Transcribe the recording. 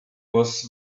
was